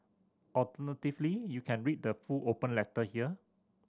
alternatively you can read the full open letter here